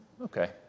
Okay